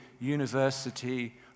University